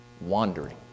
wandering